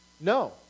No